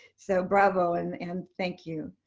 so bravo and and thank you.